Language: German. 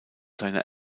seine